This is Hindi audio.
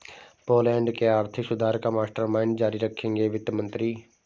पोलैंड के आर्थिक सुधार का मास्टरमाइंड जारी रखेंगे वित्त मंत्री